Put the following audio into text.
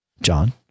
John